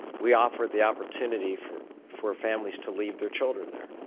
we offered the opportunity for for families to leave their children there.